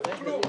תכתבו כלום.